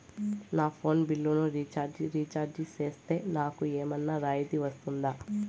నా ఫోను బిల్లును recharge recharge సేస్తే, నాకు ఏమన్నా రాయితీ వస్తుందా?